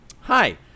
Hi